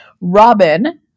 Robin